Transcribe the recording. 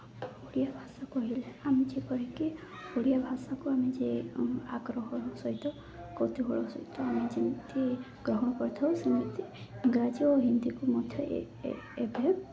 ଓଡ଼ିଆ ଭାଷା କହିଲେ ଆମେ ଯେପରିକି ଓଡ଼ିଆ ଭାଷାକୁ ଆମେ ଯେ ଆଗ୍ରହର ସହିତ କୌତୁହଳ ସହିତ ଆମେ ଯେମିତି ଗ୍ରହଣ କରିଥାଉ ସେମିତି ଇଂରାଜୀ ଓ ହିନ୍ଦୀକୁ ମଧ୍ୟ ଏବେ